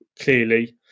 clearly